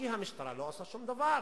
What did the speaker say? כי המשטרה לא עושה שום דבר,